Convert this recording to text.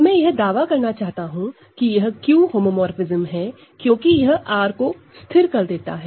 अब मैं यह दावा करना चाहता हूं कि यह Q होमोमोरफ़िज्म है क्योंकि यह R को स्थिर कर देता है